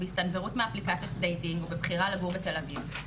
בהסתנוורות מאפליקציות דייטים ומבחירה לגור בתל אביב,